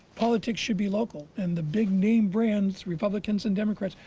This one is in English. politics should be local. and the big name brands, republicans and democrats,